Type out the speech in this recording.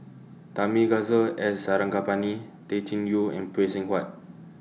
Thamizhavel G Sarangapani Tay Chin Joo and Phay Seng Whatt